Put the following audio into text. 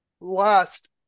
last